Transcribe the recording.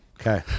Okay